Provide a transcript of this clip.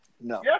no